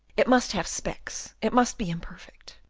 it must have specks, it must be imperfect,